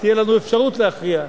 שתהיה לנו אפשרות להכריע,